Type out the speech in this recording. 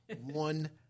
one